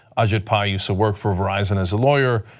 ajit ah used to work for verizon as a lawyer.